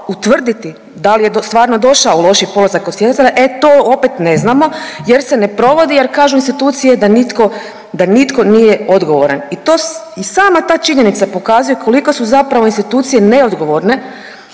utvrditi da li je stvarno došao u lošiji položaj kod stjecatelja, e to opet ne znamo jer se ne provodi jer kažu institucije da nitko, da nitko nije odgovoran. I to i sama ta činjenica pokazuje koliko su zapravo institucije neodgovorene